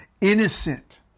innocent